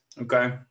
okay